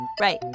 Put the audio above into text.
right